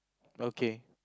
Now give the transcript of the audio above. okay